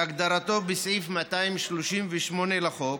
כהגדרתו בסעיף 238 לחוק,